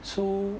so